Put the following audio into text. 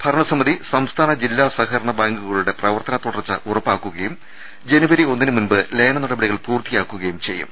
ഭരണസമിതി സംസ്ഥാന ജില്ലാ സഹകരണ ബാങ്കുകളുടെ പ്രവർത്തന തുടർച്ച ഉറപ്പാക്കുകയും ജനുവരി ഒന്നിന് മുൻപ് ലയന നടപടികൾ പൂർത്തിയാക്കുകയും ചെയ്യും